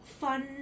fun